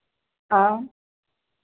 हाँ